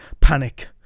Panic